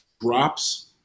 drops